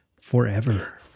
forever